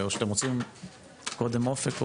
או שאתם רוצים קודם "אופק"?